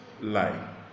lie